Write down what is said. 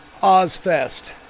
Ozfest